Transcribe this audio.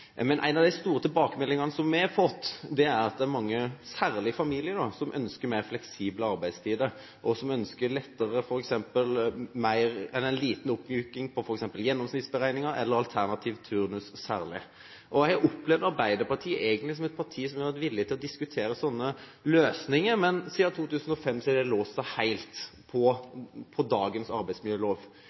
Men en av tilbakemeldingene vi har fått, er at det er mange – særlig familier – som ønsker mer fleksible arbeidstider, og som ønsker en liten oppmyking av gjennomsnittsberegningen eller særlig alternativ turnus. Jeg opplever egentlig Arbeiderpartiet som et parti som har vært villig til å diskutere sånne løsninger, men siden 2005 har det låst seg helt når det gjelder dagens arbeidsmiljølov.